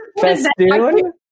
festoon